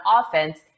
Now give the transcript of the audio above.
offense